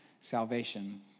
salvation